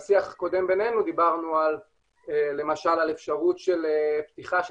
בשיח הקודם בינינו דיברנו על למשל אפשרות של פתיחה של